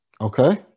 Okay